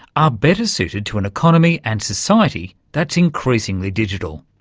are better suited to an economy and society that's increasingly digital.